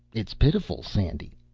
it's pitiful, sandy.